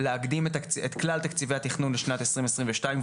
להקדים את כלל תקציבי התכנון לשנת 2022. כלומר,